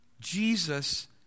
Jesus